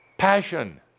Passion